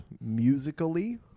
Musically